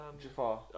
Jafar